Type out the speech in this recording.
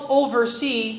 oversee